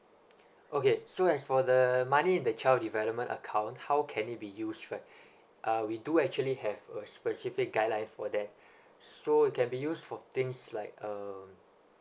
okay so as for the money in the child development account how can it be used right uh we do actually have a specific guideline for that so it can be used for things like uh